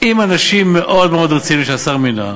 עם אנשים מאוד מאוד רציניים שהשר מינה,